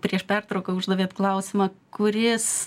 prieš pertrauką uždavėt klausimą kuris